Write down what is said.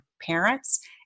parents